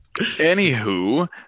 anywho